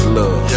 love